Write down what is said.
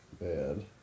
Bad